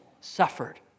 suffered